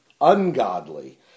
ungodly